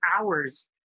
hours